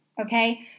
Okay